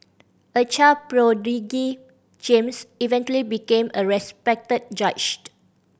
a child prodigy James eventually became a respected judge